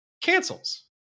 cancels